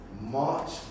march